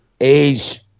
age